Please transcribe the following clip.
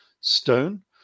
stone